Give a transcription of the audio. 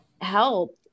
help